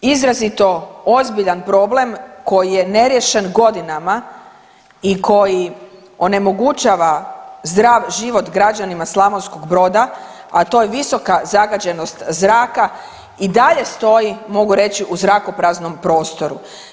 Izrazito ozbiljan problem koji je neriješen godinama i koji onemogućava zdrav život građanima Slavonskog Broda, a to je visoka zagađenost zraka i dalje stoji mogu reći u zrakopraznom prostoru.